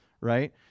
right